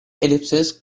ellipses